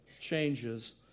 changes